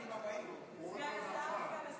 סגן השר?